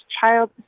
child